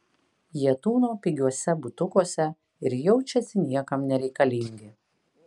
jie tūno pigiuose butukuose ir jaučiasi niekam nereikalingi